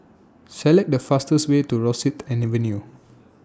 Select The fastest Way to Rosyth Avenue